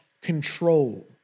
control